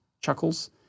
chuckles